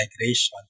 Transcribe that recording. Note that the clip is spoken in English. migration